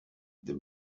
the